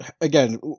again